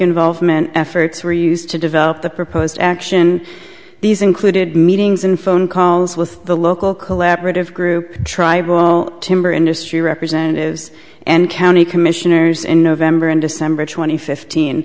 involvement efforts were used to develop the proposed action these included meetings in phone calls with the local collaborative group tribal timber industry representatives and county commissioners in november and december twenty fift